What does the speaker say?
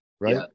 right